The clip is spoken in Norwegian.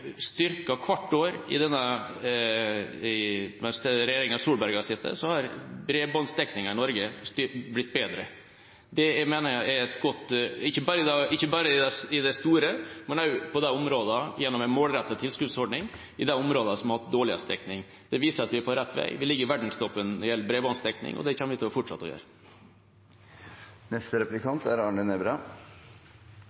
styrket hvert år. Mens regjeringen Solberg har sittet, har bredbåndsdekningen i Norge blitt bedre, ikke bare i det store og hele, men også gjennom en målrettet tilskuddsordning i de områdene som har hatt dårligst dekning. Det viser at vi er på rett vei. Vi ligger i verdenstoppen når det gjelder bredbåndsdekning, og det kommer vi fortsatt til å gjøre.